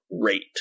rate